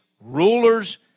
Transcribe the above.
rulers